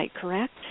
correct